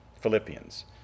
Philippians